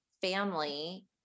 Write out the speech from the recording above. family